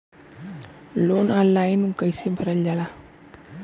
Loan online कइसे भरल जाला?